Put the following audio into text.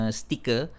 sticker